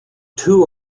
two